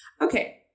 Okay